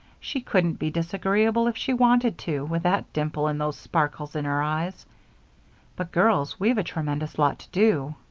she couldn't be disagreeable if she wanted to with that dimple and those sparkles in her eyes but, girls, we've a tremendous lot to do.